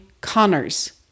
Connors